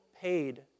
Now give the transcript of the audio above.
paid